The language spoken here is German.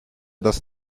das